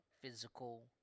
physical